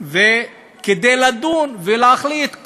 כדי לדון ולהחליט,